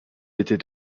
était